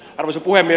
arvoisa puhemies